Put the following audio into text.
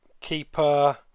Keeper